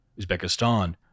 Uzbekistan